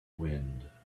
wind